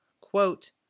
quote